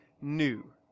new